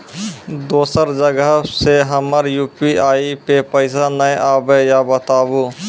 दोसर जगह से हमर यु.पी.आई पे पैसा नैय आबे या बताबू?